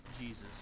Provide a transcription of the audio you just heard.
Jesus